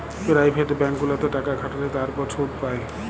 private bank গুলাতে টাকা খাটাল্যে তার উপর শুধ পাই